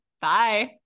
bye